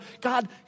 God